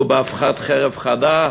הוא, באבחת חרב חדה,